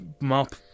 mop